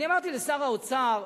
אני אמרתי לשר האוצר,